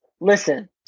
Listen